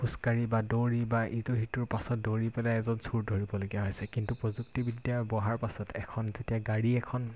খোজ কাঢ়ি বা দৌৰি বা ইটো সিটোৰ পাছত দৌৰি পেলাই এজন চুৰ ধৰিবলগীয়া হৈছে কিন্তু প্ৰযুক্তিবিদ্যাৰ বঢ়াৰ পাছত এখন যেতিয়া গাড়ী এখন